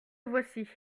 voici